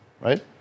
right